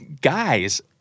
guys